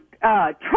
Trump